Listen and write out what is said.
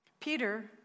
Peter